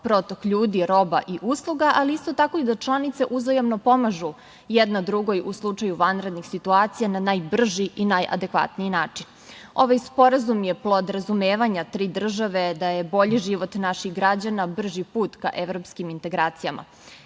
protok ljudi, roba i usluga, ali isto tako i da članice uzajamno pomažu jedna drugoj u slučaju vanrednih situacija na najbrži i najadekvatniji način. Ovaj sporazum je plod razumevanja tri države da je bolji život naših građana brži put ka evropskim integracijama.